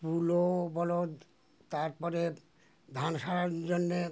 তুলো বলো তার পরে ধান সারার জন্যে